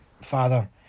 father